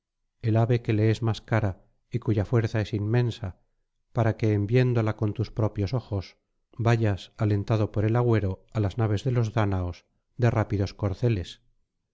el ave que le es más cara y cuya fuerza es inmensa para que en viéndola con tus propios ojos vayas alentado por el agüero álas naves de los dáñaos de rápidos corceles